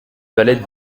valet